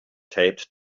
taped